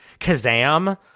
Kazam